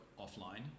offline